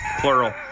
plural